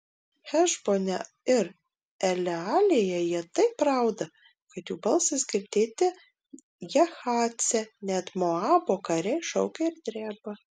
hešbone ir elealėje jie taip rauda kad jų balsas girdėti jahace net moabo kariai šaukia ir dreba